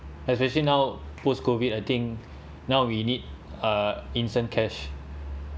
especially now post COVID I think now we need uh instant cash